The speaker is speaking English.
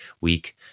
week